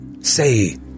Say